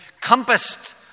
compassed